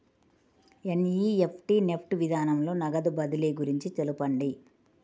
NEFT NEFT విధానంలో నగదు బదిలీ గురించి తెలుపండి?